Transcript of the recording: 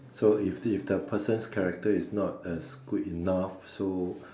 so if if the person's character is not as good enough so